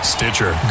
Stitcher